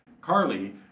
Carly